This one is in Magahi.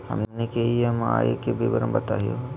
हमनी के ई.एम.आई के विवरण बताही हो?